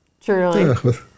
truly